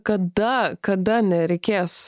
kada kada nereikės